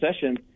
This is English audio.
session